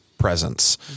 presence